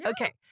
Okay